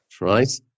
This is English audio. right